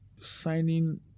Signing